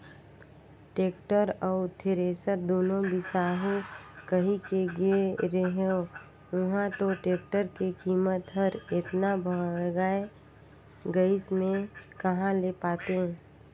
tractor अउ thresher दुनो बिसाहू कहिके गे रेहेंव उंहा तो टेक्टर के कीमत हर एतना भंगाए गइस में कहा ले पातें